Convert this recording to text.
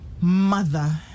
mother